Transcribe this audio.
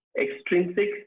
extrinsic